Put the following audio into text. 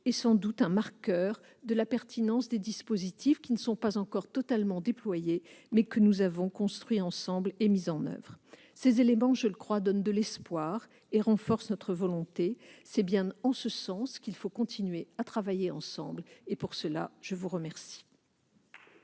est sans doute un marqueur de la pertinence des dispositifs qui ne sont pas encore totalement déployés, mais que nous avons construits ensemble et mis en oeuvre. Ces éléments, je le crois, donnent de l'espoir et renforcent notre volonté. C'est bien en ce sens qu'il faut continuer à travailler ensemble, et je vous en remercie